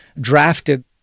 drafted